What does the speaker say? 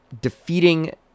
defeating